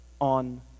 on